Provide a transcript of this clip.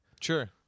Sure